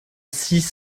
six